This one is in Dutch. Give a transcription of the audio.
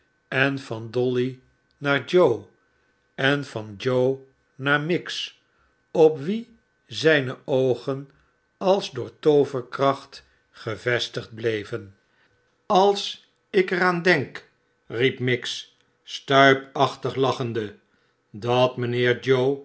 en van dolly naar joe en van joe naar miggs op wie zijne oogen als door tooverkracht gevestigd bleven als ik er aan denk riep miggs stuipachtig lachende dat mijnheer